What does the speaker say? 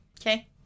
Okay